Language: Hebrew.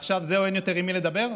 ועכשיו זהו, אין יותר עם מי לדבר?